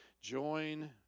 Join